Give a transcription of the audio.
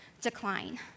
decline